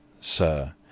Sir